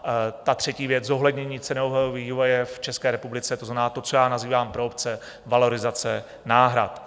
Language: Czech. A ta třetí věc, zohlednění cenového vývoje v České republice, to znamená to, co já nazývám pro obce valorizace náhrad.